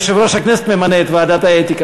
יושב-ראש הכנסת ממנה את ועדת האתיקה.